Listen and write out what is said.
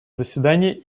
заседания